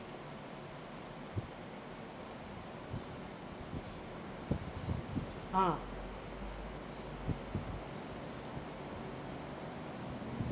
!huh!